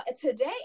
today